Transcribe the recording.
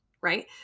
Right